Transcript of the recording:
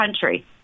country